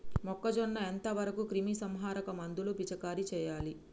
మొక్కజొన్న ఎంత వరకు క్రిమిసంహారక మందులు పిచికారీ చేయాలి?